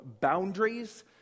boundaries